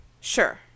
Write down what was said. Sure